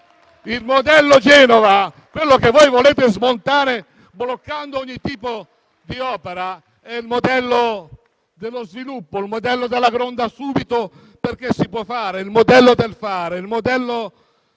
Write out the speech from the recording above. Il modello Genova, quello che voi volete smontare bloccando ogni tipo di opera, è il modello dello sviluppo, della Gronda subito perché si può fare; è il modello del fare e del